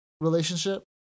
relationship